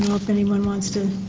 if anyone wants to